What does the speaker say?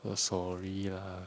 oh sorry lah